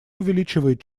увеличивает